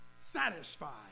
Satisfied